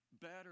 better